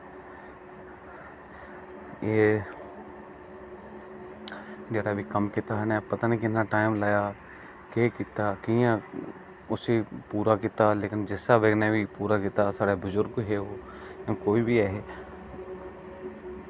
एह् जेह्ड़ा एह् कम्म कीता हा पता निं किन्ना टैम लाया हा की केह् कीता कियां उसी पूरा कीता लेकिन जिस स्हाब कन्नै बी पूरा कीता साढ़े बजुर्ग हे ओह् कोई बी ऐहे